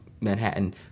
Manhattan